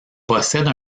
possède